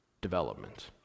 development